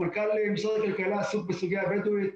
מנכ"ל משרד הכלכלה עסוק בסוגיה הבדואית.